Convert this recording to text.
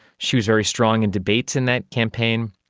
she was very strong in debates in that campaign,